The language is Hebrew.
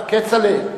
כצל'ה,